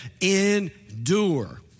Endure